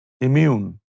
immune